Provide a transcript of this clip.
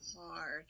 hard